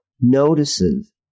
notices